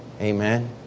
Amen